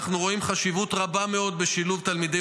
אנחנו רואים חשיבות רבה מאוד בשילוב תלמידי